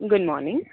good morning